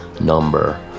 number